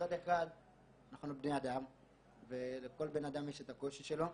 מצד אחד אנחנו בני אדם ולכל בנאדם יש את הקושי שלו,